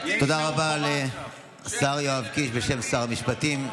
תודה רבה לשר יואב קיש בשם שר המשפטים.